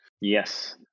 Yes